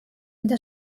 mida